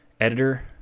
editor